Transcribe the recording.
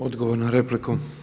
Odgovor na repliku.